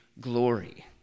glory